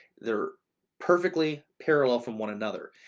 they're perfectly parallel from one another.